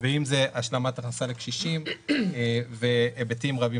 ואם זה השלמת הכנסה לקשישים והיבטים רבים